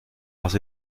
arts